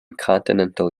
continental